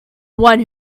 one